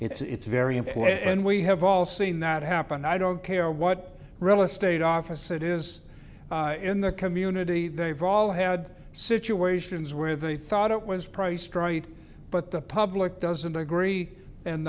important and we have all seen that happen i don't care what really state office it is in the community they've all had situations where they thought it was priced right but the public doesn't agree and